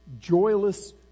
joyless